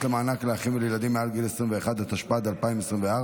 התשפ"ד 2024,